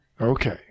Okay